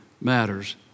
matters